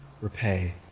repay